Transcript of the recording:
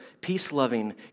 peace-loving